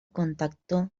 contactó